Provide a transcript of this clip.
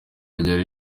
ryari